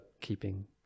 keeping